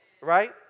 right